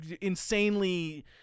insanely